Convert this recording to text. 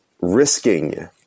risking